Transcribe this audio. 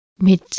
mit